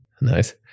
Nice